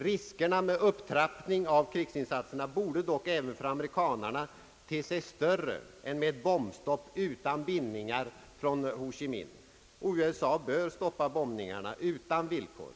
Riskerna med upptrapp ning av krigsinsatserna borde dock även för amerikanarna te: sig större än med bombstopp utan bindningar: från Ho Chi Minh. USA bör stoppa bombningarna utan villkor.